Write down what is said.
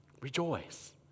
Rejoice